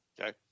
Okay